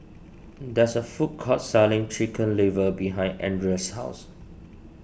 there is a food court selling Chicken Liver behind Andria's house